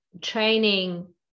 training